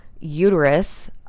uterus